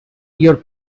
your